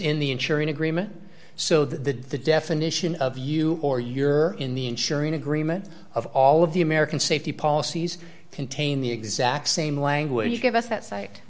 in the ensuring agreement so that the definition of you or your in the ensuring agreement of all of the american safety policies contain the exact same language give us that site